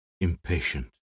impatient